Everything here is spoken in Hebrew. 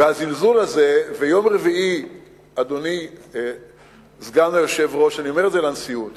והזלזול הזה, אני אומר לנשיאות